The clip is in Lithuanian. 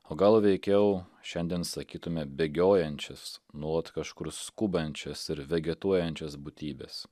o gal veikiau šiandien sakytume bėgiojančias nuolat kažkur skubančias ir vegetuojančias būtybes